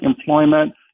employment